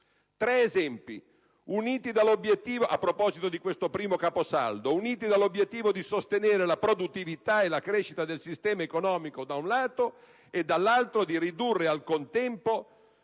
caposaldo, uniti dall'obiettivo di sostenere la produttività e la crescita del sistema economico, da un lato, e, dall'altro, di ridurre al contempo